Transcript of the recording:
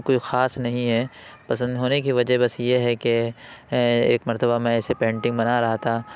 کوئی خاص نہیں ہیں پسند ہونے کی وجہ بس یہ ہے کہ ایک مرتبہ میں ایسے پینٹنگ بنا رہا تھا